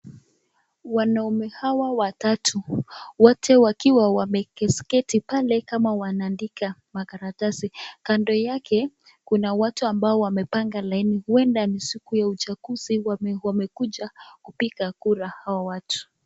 Wanaume hawa watatu, wote wakiwa wameketi pale kama wanaandika makaratasi ,Kando yake kuna watu ambao wamepanga laini huenda ni siku ya uchaguzi ,wamekuja kupiga kura hao watu.